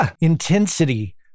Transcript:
intensity